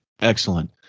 Excellent